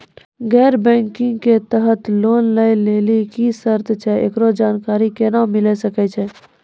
गैर बैंकिंग के तहत लोन लए लेली की सर्त छै, एकरो जानकारी केना मिले सकय छै?